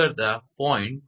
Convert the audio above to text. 217 મળે છે બરાબર